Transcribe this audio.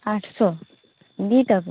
ଆଠଶହ ଦୁଇଟାକୁ